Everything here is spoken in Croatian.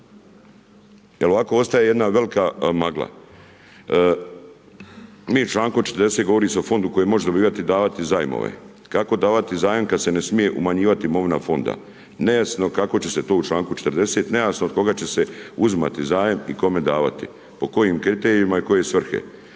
ovako ostaje jedna velika magla. Mi čl.40. govori se o fondu koji može dobivati i davati zajmove. Kako davati zajam, kada se ne smije umanjivati imovina fonda, nejasno kako će se to u čl. 40. nejasno, od koga će se uzimati zajam i kome davati, po kojim kriterijima i koje svrhe.